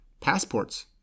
passports